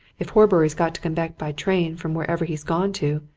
if horbury's got to come back by train from wherever he's gone to,